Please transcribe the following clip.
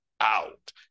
out